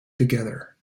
together